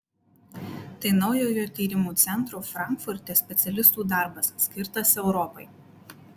tai naujojo tyrimų centro frankfurte specialistų darbas skirtas europai